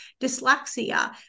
dyslexia